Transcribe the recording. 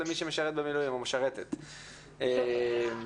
בסדר גמור,